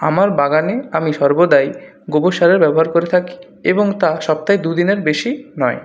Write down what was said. আমার বাগানে আমি সর্বদাই গোবর সারের ব্যবহার করে থাকি এবং তা সপ্তাহে দু দিনের বেশি নয়